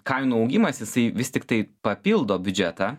kainų augimas jisai vis tiktai papildo biudžetą